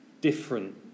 different